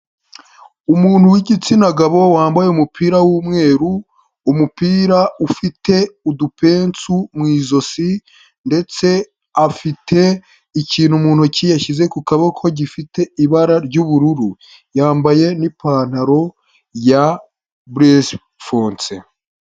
Umuntu w'igitsina gabo wambaye umupira w'umweru umupira ufite udupensu mu ijosi ndetse afite ikintu mu ntoki yashyize ku kaboko gifite ibara ry'ubururu, yambaye nipantaro ya burefonse.